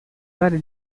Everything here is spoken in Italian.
gare